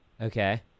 Okay